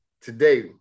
Today